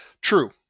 True